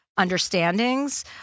understandings